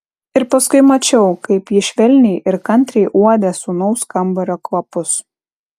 ir paskui mačiau kaip ji švelniai ir kantriai uodė sūnaus kambario kvapus